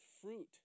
fruit